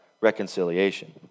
reconciliation